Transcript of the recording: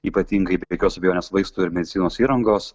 ypatingai be jokios abejonės vaistų ir medicinos įrangos